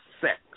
sex